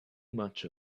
much